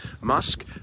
Musk